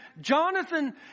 Jonathan